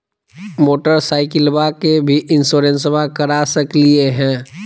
मोटरसाइकिलबा के भी इंसोरेंसबा करा सकलीय है?